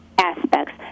aspects